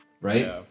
right